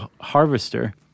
harvester